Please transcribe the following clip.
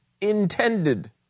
intended